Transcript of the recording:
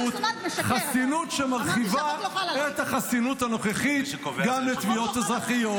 חסינות שמרחיבה את החסינות הנוכחית גם לתביעות אזרחיות.